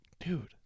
dude